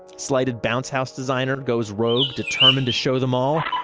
slighted bounce house designer goes rogue determined to show them all?